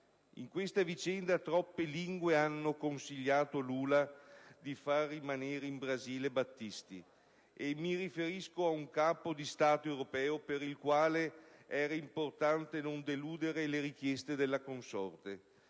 In questa vicenda, troppe lingue hanno consigliato a Lula di fare rimanere Battisti in Brasile: mi riferisco a un Capo di Stato europeo per il quale era importante non deludere le richieste della consorte,